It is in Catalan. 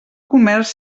comerç